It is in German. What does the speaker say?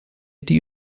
die